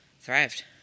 thrived